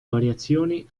variazioni